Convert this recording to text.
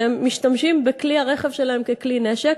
שהם משתמשים בכלי-הרכב שלהם ככלי-נשק,